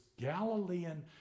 Galilean